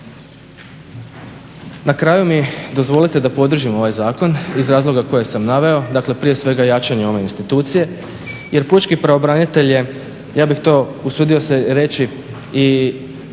Na kraju mi dozvolite da podržim ovaj zakon iz razloga koje sam naveo, dakle prije svega jačanje ove institucije jer pučki pravobranitelj je, ja bih to usudio se reći i